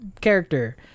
character